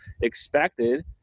expected